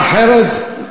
אחרת,